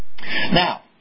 now